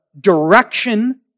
direction